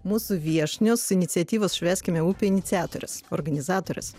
mūsų viešnios iniciatyvos švęskime upę iniciatorės organizatorės